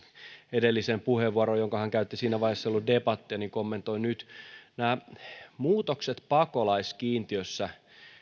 edelliseen puheenvuoroon jonka hän käytti siinä vaiheessa ei ollut debattia joten kommentoin nyt muutokset pakolaiskiintiössä